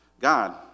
God